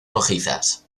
rojizas